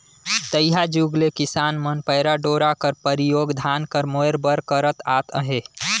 तइहा जुग ले किसान मन पैरा डोरा कर परियोग धान कर मोएर बर करत आत अहे